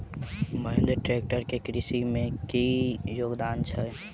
Mahindra tractor केँ कृषि मे की योगदान छै?